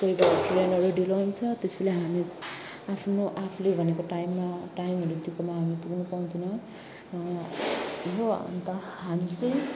कोही बेला ट्रेनहरू ढिलो हुन्छ त्यसैले हामी आफ्नो आफूले भनेको टाइममा टाइमहरू दिएकोमा हामी पुग्नु पाउँदैनौँ अब अन्त हामी चाहिँ